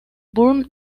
burn